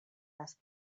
les